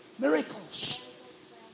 miracles